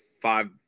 five